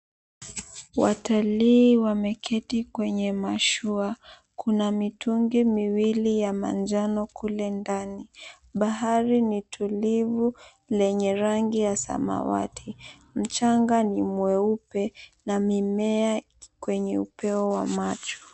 Watalii wameketi kwenye mashua, kuna mitungi miwili ya manjano kule ndani. Bahari ni tulivu, lenye rangi ya samawati. Mchanga ni mweupe na mimea kwenye upeo wa macho.